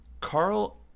Carl